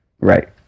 right